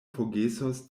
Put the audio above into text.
forgesos